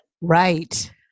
right